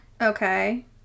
okay